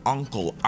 Uncle